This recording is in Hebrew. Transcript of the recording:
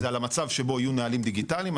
זה על המצב שבו יהיו נהלים דיגיטליים.